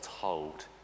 told